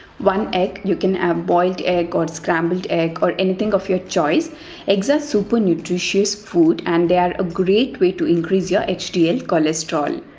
one egg you can have boiled egg or scrambled egg or anything of your choice eggs are super nutritious food and they are a great way to increase your hdl cholesterol